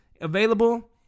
available